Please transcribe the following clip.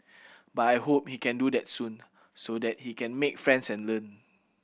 but I hope he can do that soon so that he can make friends and learn